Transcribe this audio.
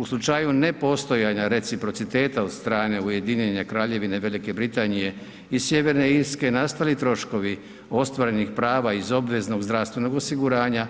U slučaju nepostojanja reciprociteta od strane Ujedinjene Kraljevine, Velike Britanije i Sjeverne Irske nastali troškovi ostvarenih prava iz obveznog zdravstvenog osiguranja